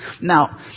Now